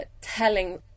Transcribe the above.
telling